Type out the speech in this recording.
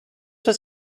was